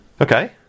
okay